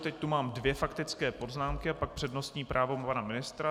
Teď tu mám dvě faktické poznámky a pak přednostní právo pana ministra.